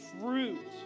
fruit